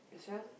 as well